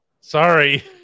Sorry